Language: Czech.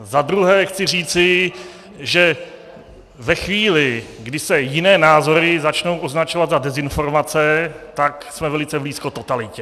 Za druhé chci říci, že ve chvíli, kdy se jiné názory začnou označovat za dezinformace, tak jsme velice blízko totalitě.